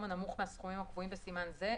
הנמוך מהסכומים מופחתיםהקבועים בסימן זה,